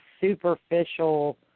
superficial